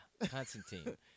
Constantine